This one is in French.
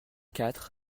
quatre